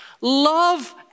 love